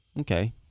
Okay